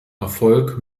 erfolg